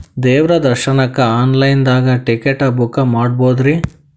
ದೇವ್ರ ದರ್ಶನಕ್ಕ online ದಾಗ ಟಿಕೆಟ ಬುಕ್ಕ ಮಾಡ್ಬೊದ್ರಿ?